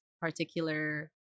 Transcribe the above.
particular